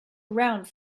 around